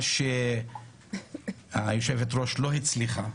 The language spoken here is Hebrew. מה שהיושבת-ראש לא הצליחה,